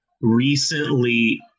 recently